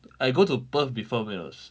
I go to perth before when I was